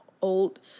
old